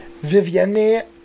Vivienne